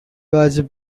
was